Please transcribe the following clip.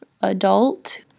adult